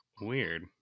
Weird